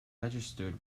registered